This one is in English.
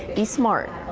be smart.